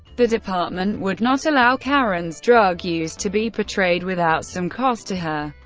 the department would not allow karen's drug use to be portrayed without some cost to her,